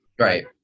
Right